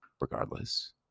regardless